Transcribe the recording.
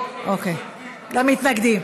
אפשר לעבור למתנגדים.